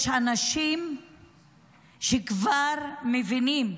יש אנשים שכבר מבינים